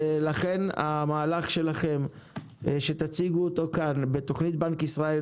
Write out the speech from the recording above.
לכן המהלך שלכם שתציגו אותו כאן בתוכנית בנק ישראל